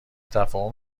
تفاهم